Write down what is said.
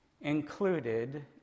included